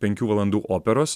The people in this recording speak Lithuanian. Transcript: penkių valandų operos